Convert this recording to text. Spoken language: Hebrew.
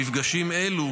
מפגשים אלה,